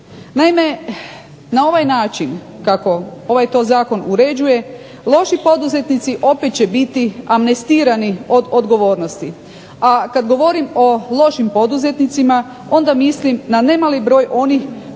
Naime, na ovaj način kako ovaj to zakon uređuje, loši poduzetnici opet će biti amnestirani od odgovornosti. A kad govorim o lošim poduzetnicima onda mislim na nemali broj onih